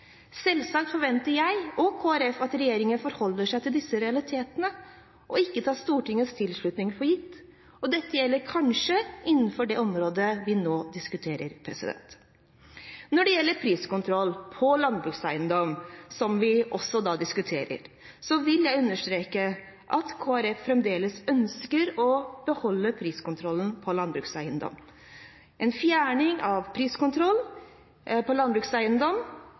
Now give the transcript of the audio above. Selvsagt forventer jeg og Kristelig Folkeparti at regjeringen forholder seg til disse realitetene og ikke tar Stortingets tilslutning for gitt, og dette gjelder kanskje innenfor det området vi nå diskuterer. Når det gjelder priskontroll på landbrukseiendom, som vi også diskuterer, vil jeg understreke at Kristelig Folkeparti fremdeles ønsker å beholde priskontrollen på landbrukseiendom. En fjerning av priskontroll på landbrukseiendom